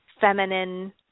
feminine